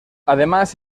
además